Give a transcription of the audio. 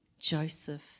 Joseph